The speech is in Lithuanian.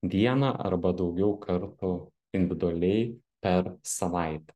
vieną arba daugiau kartų individualiai per savaitę